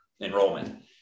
enrollment